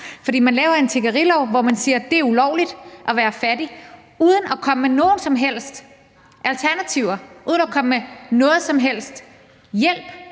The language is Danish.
For man laver en tiggerilov, hvor man siger, at det er ulovligt at være fattig, uden at komme med nogen som helst alternativer, uden at komme med nogen som helst hjælp,